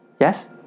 yes